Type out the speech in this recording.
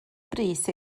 brys